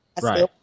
right